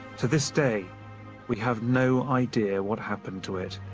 to this day we have no idea what happened to it.